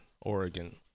Oregon